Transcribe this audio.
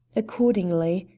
accordingly,